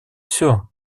все